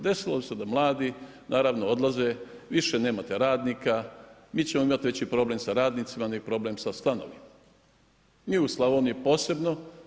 Desilo se da mladi odlaze, više nemate radnika, mi ćemo imati veći problem sa radnicima nego problem sa stanovima, mi u Slavoniji posebno.